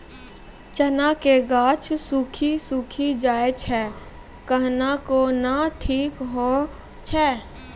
चना के गाछ सुखी सुखी जाए छै कहना को ना ठीक हो छै?